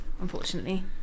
unfortunately